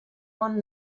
won